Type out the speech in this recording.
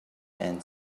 and